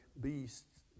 beasts